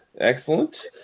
Excellent